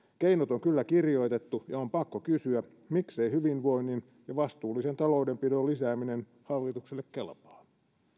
keinot on kyllä kirjoitettu ja on pakko kysyä miksei hyvinvoinnin ja vastuullisen taloudenpidon lisääminen hallitukselle kelpaa